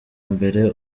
mbere